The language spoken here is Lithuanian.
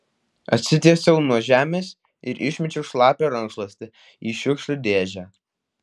atsitiesiau nuo žemės ir išmečiau šlapią rankšluostį į šiukšlių dėžę